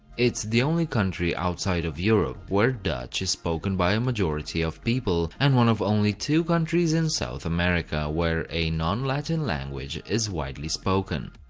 it's the only country outside of europe where dutch is spoken by a majority of the people, and one of only two countries in south america where a non-latin language is widely spoken.